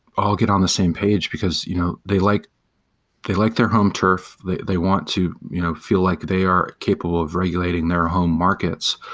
i'll get on the same page, because you know they like like their home turf. they they want to you know feel like they are capable of regulating their home markets.